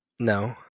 no